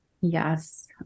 Yes